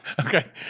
Okay